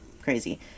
crazy